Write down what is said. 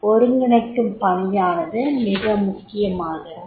ஒருங்கிணைக்கும் பணியானது மிக முக்கியமாகிறது